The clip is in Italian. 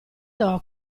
hoc